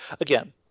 Again